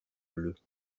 bleus